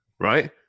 right